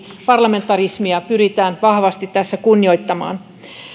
parlamentarismia pyritään vahvasti tässä kunnioittamaan